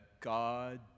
God